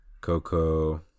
Coco